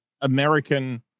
american